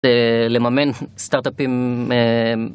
לממן סטארט-אפים.